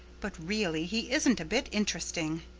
but really he isn't a bit interesting.